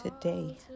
today